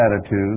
attitude